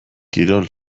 kirol